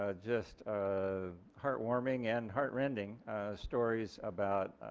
ah just a heart warming and heart rending stories about